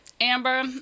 amber